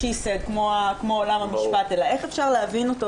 הוא אמר" כמו בעולם המשפט אלא איך אפשר להבין אותה,